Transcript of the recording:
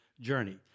journey